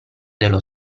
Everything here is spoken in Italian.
dello